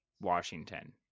Washington